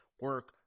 Work